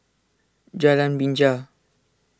Jalan Binja